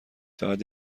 فقط